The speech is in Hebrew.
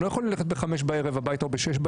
בסוף היועצים זה